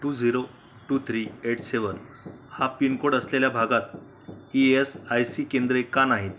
to zero two three eight seven हा pincode असलेल्या भागात ई एस आय सी केंद्रे का नाहीत